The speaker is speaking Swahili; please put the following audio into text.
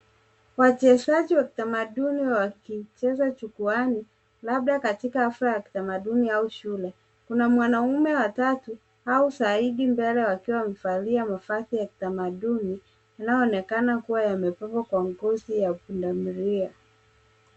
Wachezaji wa kitamaduni wakicheza jukwaani labda katika hafla ya kitamaduni au shule. Kuna mwanaume watatu au zaidi mbele wakiwa wamevalia mavazi ya kitamaduni yanayoonekana yamefungwa kwa ngozi ya pundamilia.